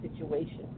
situation